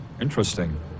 Interesting